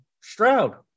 Stroud